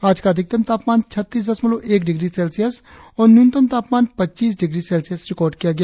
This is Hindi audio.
आज का अधिकतम तापमान छत्तीस दशमलव एक डिग्री सेल्सियस और न्यूनतम तापमान पच्चीस डिग्री सेल्सियस रिकार्ड किया गया